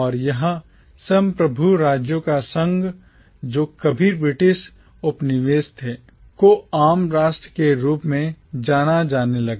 और यह संप्रभु राज्यों का संघ जो कभी ब्रिटिश उपनिवेश थे को आम राष्ट्र के रूप में जाना जाने लगा